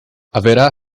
haverá